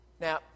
Now